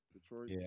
Detroit